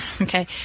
Okay